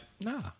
nah